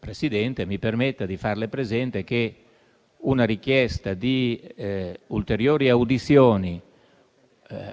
Presidente, mi permetta di farle presente che una richiesta di ulteriori audizioni